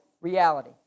reality